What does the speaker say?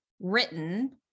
written